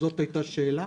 זאת הייתה שאלה?